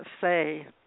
say